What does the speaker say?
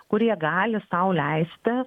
kur jie gali sau leisti